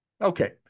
Okay